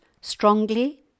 strongly